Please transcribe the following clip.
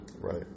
right